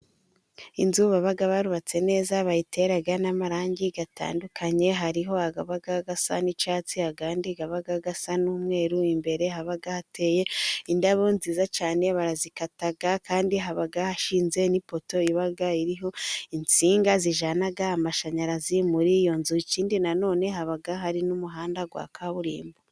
Inzu baba barubatse neza bayitera n'amarangi atandukanye. Hariho aba asa n'icyatsi andi akaba asa n'umweru. Imbere haba hateye indabo nziza cyane barazikata. Kandi haba hashinze n'ipoto iba iriho insinga zijana amashanyarazi muri iyo nzu. Ikindi na none haba hari n'umuhanda wa kaburimbo.